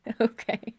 Okay